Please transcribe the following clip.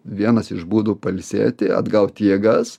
vienas iš būdų pailsėti atgauti jėgas